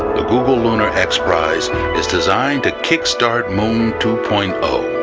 the google lunar x prize is designed to kick start moon two point